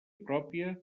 pròpia